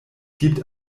gibt